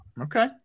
Okay